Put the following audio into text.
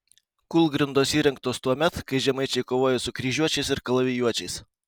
kūlgrindos įrengtos tuomet kai žemaičiai kovojo su kryžiuočiais ir kalavijuočiais